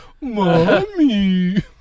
Mommy